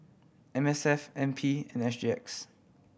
M S F N P and S G X